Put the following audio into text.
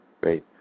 Great